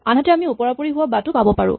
আনহাতে আমি ওপৰা ওপৰি হোৱা বাটো পাব পাৰো